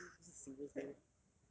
eleven eleven 不是 singles' day meh